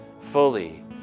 fully